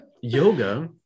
yoga